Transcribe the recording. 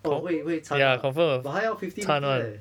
oh 会会掺 ah but 他要 fifty fifty leh